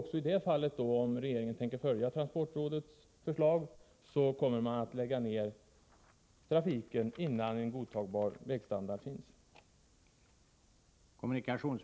Också i det fallet kommer man alltså, om regeringen tänker följa transportrådets förslag, att lägga ner trafiken innan en godtagbar vägstandard har upprättats.